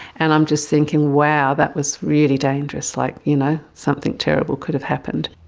and i'm just thinking, wow, that was really dangerous, like you know something terrible could have happened.